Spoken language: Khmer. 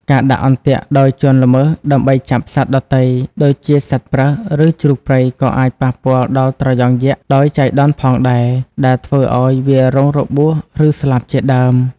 ការដាក់អន្ទាក់ដោយជនល្មើសដើម្បីចាប់សត្វដទៃ ដូចជាសត្វប្រើស ឬជ្រូកព្រៃ ក៏អាចប៉ះពាល់ដល់ត្រយងយក្សដោយចៃដន្យផងដែរ ដែលធ្វើឲ្យវារងរបួស ឬស្លាប់ជាដើម។